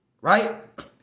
right